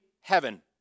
heaven